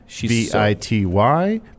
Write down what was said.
B-I-T-Y